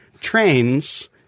trains